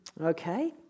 Okay